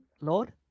Lord